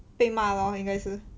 被骂 lor 应该是